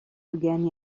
again